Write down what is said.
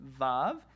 vav